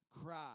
cry